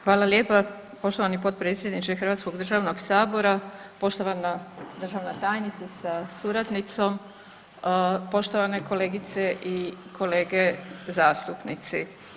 Hvala lijepa poštovani potpredsjedniče Hrvatskog državnog sabora, poštovana državna tajnice sa suradnicom, poštovane kolegice i kolege zastupnici.